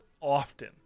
often